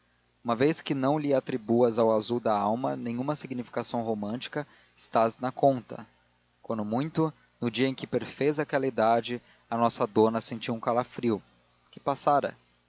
uma vez que lhe não atribuas ao azul da alma nenhuma significação romântica estás na conta quando muito no dia em que perfez aquela idade a nossa dona sentiu um calefrio que passara